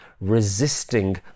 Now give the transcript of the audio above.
resisting